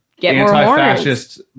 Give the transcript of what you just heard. anti-fascist